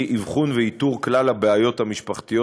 אבחון ואיתור של כלל הבעיות המשפחתיות